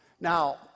Now